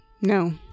no